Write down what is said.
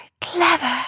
clever